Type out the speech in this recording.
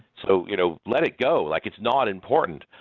so you know let it go. like it's not important.